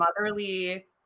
motherly